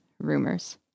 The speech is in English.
rumors